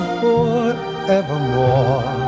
forevermore